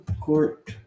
court